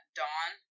dawn